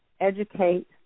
educate